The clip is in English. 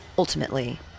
Ultimately